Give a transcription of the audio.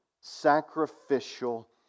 sacrificial